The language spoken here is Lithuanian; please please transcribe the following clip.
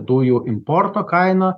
dujų importo kaina